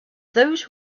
those